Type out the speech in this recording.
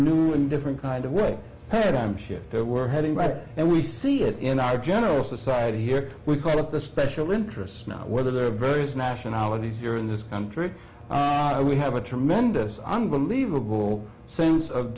new and different kind of way paradigm shift that we're heading back and we see it in our general society here we call it the special interests not whether there are various nationalities here in this country we have a tremendous unbelievable same's of